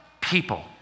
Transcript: people